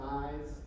eyes